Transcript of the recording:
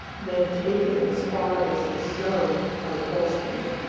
then taken as far as this zone by the gulf stream.